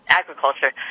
agriculture